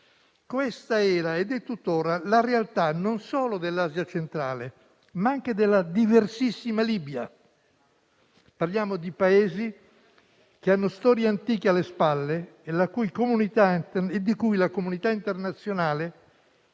Questa era ed è tuttora la realtà, non solo dell'Asia centrale, ma anche della diversissima Libia. Parliamo di Paesi che hanno storie antiche alle spalle e di cui la comunità internazionale,